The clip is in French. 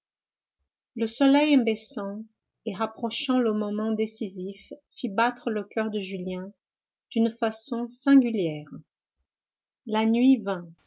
le soleil en baissant et rapprochant le moment décisif fit battre le coeur de julien d'une façon singulière la nuit vint